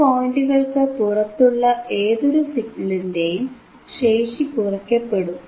ഈ പോയിന്റുകൾക്കു പുറത്തുള്ള ഏതൊരു സിഗ്നലിന്റെയും ശേഷി കുറയ്ക്കപ്പെടും